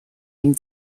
dem